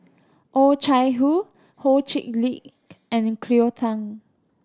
Oh Chai Hoo Ho Chee Lick and Cleo Thang